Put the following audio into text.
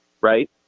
right